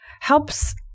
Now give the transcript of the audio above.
helps